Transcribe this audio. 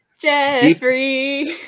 Jeffrey